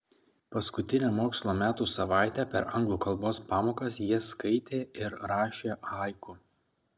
paskutinę mokslo metų savaitę per anglų kalbos pamokas jie skaitė ir rašė haiku